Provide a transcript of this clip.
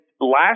last